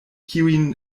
kiujn